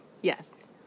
Yes